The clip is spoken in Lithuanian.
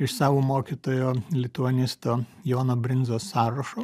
iš savo mokytojo lituanisto jono brinzos sąrašo